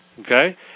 okay